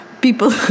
people